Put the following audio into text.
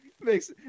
Makes